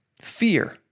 fear